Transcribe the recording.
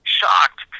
shocked